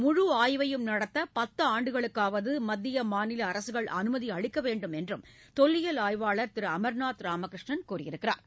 முழு ஆய்வையும் நடத்த பத்தாண்டுகளுக்காவது மத்திய மாநில அரசுகள் அனுமதி அளிக்க வேண்டும் என்றும் தொல்லியல் ஆய்வாளா் திரு அமா்நாத் ராமகிருஷ்ணன் கூறியுள்ளாா்